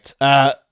right